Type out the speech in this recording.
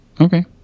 Okay